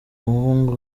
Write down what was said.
muhungu